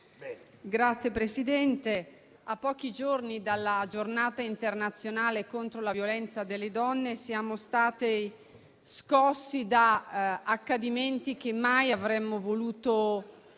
Signor Presidente, a pochi giorni dalla Giornata internazionale contro la violenza delle donne, siamo state scossi da accadimenti che mai avremmo voluto